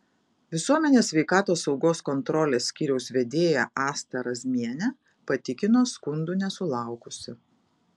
visuomenės sveikatos saugos kontrolės skyriaus vedėja asta razmienė patikino skundų nesulaukusi